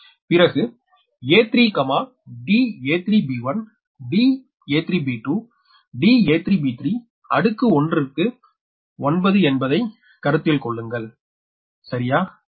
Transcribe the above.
பிறகு a3 da3b1 da3b2 da3b3 அடுக்கு 1 க்கு 9 என்பதை கருத்தில் கொள்ளுங்கள் சரியா